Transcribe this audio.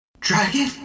Dragon